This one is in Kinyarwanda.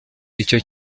icyo